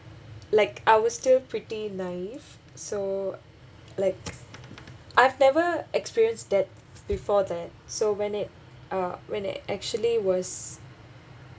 like I was still pretty naive so like I've never experience death before that so when it uh when it actually was